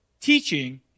teaching